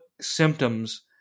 symptoms